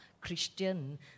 Christian